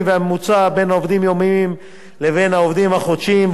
הממוצע בין עובדים יומיים לבין העובדים החודשיים,